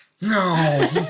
No